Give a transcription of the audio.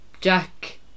Jack